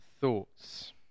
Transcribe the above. thoughts